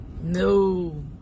No